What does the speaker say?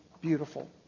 beautiful